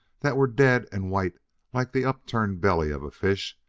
that were dead and white like the upturned belly of a fish,